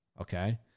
Okay